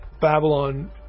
Babylon